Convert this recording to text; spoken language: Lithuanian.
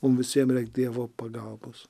mum visiem reik dievo pagalbos